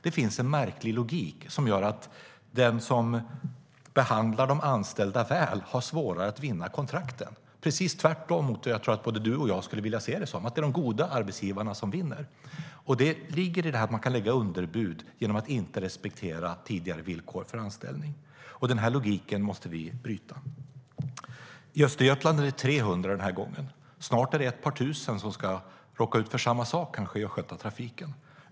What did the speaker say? Det finns en märklig logik som gör att den som behandlar de anställda väl har svårare att vinna kontrakten. Det är precis tvärtemot vad jag tror att både du och jag skulle vilja se, alltså att de goda arbetsgivarna vinner. Det ligger i detta att man kan lägga underbud genom att inte respektera tidigare villkor för anställning. Den logiken måste vi bryta. I Östergötland är det 300 den här gången. Snart är det ett par tusen som kanske ska råka ut för samma sak i Östgötatrafiken.